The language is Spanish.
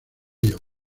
iowa